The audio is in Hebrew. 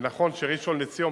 ונכון שבראשון-לציון,